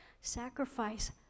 Sacrifice